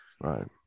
Right